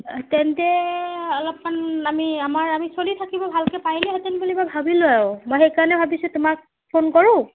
তেন্তে অলপমান আমি আমাৰ আমি চলি থাকিব ভালকৈ পাৰিলোহেঁতেন বুলি মই ভাবিলোঁ আৰু মই সেইকাৰণে ভাবিছোঁ তোমাক ফোন কৰোঁ